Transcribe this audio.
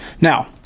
Now